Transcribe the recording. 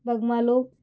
Bogmalo